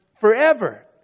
forever